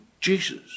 Jesus